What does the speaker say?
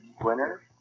winner